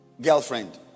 Girlfriend